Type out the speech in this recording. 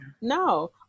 no